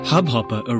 Hubhopper